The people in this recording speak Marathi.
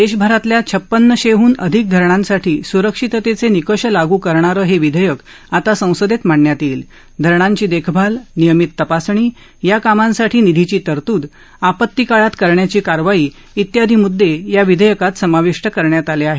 देशभरातल्या छप्पन्नशेहन अधिक धरणांसाठी स्रक्षिततेचे निकष लागू करणारं हे विधेयक आता संसदेत मांडण्यात येईल धरणांची देखभाल नियमित तपासणी या कामांसाठी निधीची तरतूद आपतीकाळात करण्याची कारवाई इत्यादी मुद्दे या विधेयकात समाविष्ट करण्यात आले आहेत